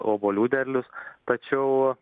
obuolių derlius tačiau